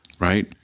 right